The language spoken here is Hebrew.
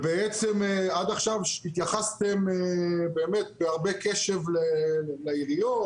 ובעצם עד עכשיו התייחסתם בהרבה קשב לעיריות